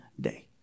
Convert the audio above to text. day